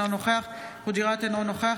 אינו נוכח